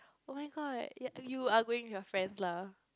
oh-my-god you you are going with your friends lah